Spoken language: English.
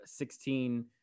16